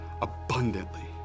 abundantly